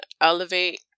elevate